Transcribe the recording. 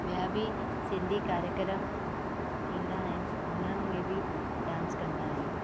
ॿियां बि सिंधी कार्यक्रम थींदा आहिनि हुननि में बि डांस कंदा आहियूं